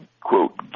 quote